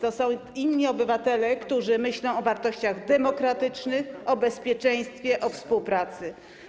To także inni obywatele, którzy myślą o wartościach demokratycznych, o bezpieczeństwie, o współpracy.